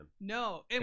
No